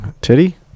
Titty